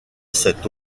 cet